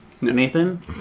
Nathan